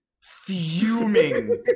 fuming